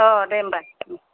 अह दे होनबा ओम